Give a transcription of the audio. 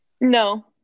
No